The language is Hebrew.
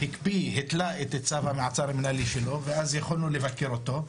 התלה את צו המעצר המינהלי ואז יכולנו לבקר אותו.